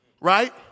Right